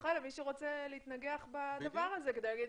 נוחה למי שירצה להתנגח בדבר הזה כדי להגיד